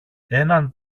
έναν